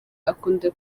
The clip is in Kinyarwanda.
akunda